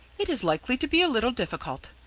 it is likely to be a little difficult.